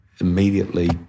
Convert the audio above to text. immediately